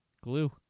Glue